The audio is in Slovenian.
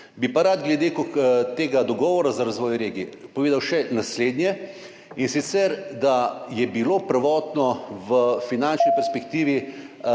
Bi pa rad glede Dogovora za razvoj regij povedal še naslednje, in sicer da je bilo prvotno v finančni perspektivi